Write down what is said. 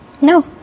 No